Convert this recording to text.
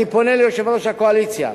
ואני פונה ליושב-ראש הקואליציה,